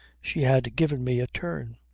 she had given me a turn.